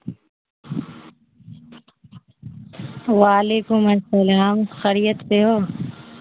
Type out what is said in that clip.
وعلیکم السلام خریت سے ہو